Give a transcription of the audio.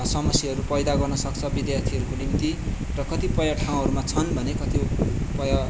समस्याहरू पैदा गर्न सक्छ विद्यार्थीहरूको निम्ति र कतिपय ठाउँहरूमा छन् भने कतिपय